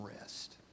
rest